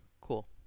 cool